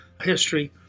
history